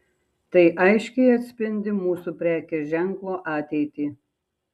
tai aiškiai atspindi mūsų prekės ženklo ateitį